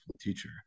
teacher